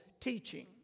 teaching